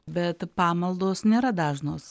bet pamaldos nėra dažnos